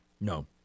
No